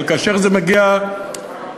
אבל כאשר זה מגיע לפירעון,